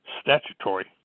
statutory